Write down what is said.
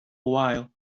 while